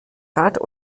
rat